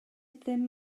dim